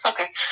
Okay